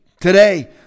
Today